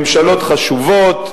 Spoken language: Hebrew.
ממשלות חשובות,